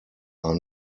are